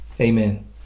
Amen